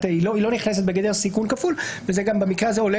היא לא נכנסת בגדר סיכון כפול ובמקרה הזה זה עולה